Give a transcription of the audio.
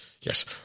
yes